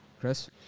Chris